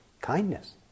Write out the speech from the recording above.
kindness